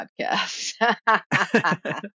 podcast